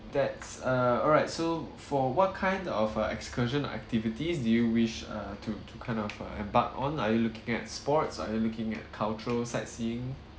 that's err all right so for what kind of uh excursion or activities do you wish uh to to kind of uh embark on are you looking at sports are looking at cultural sightseeing